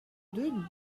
deux